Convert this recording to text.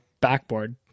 backboard